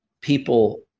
people